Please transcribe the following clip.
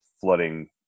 flooding